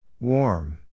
Warm